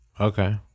Okay